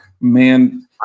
Man